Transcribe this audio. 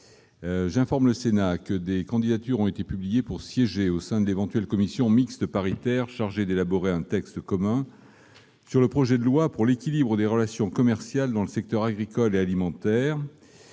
J'informe le Sénat que des candidatures ont été publiées pour siéger au sein de l'éventuelle commission mixte paritaire chargée d'élaborer un texte commun sur le projet de loi pour l'équilibre des relations commerciales dans le secteur agricole et alimentaire